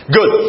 Good